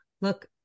look